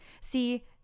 see